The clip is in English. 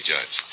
Judge